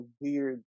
weird